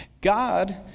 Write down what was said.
God